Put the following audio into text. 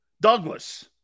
Douglas